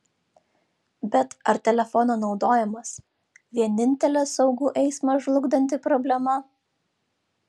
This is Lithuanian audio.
bet ar telefono naudojimas vienintelė saugų eismą žlugdanti problema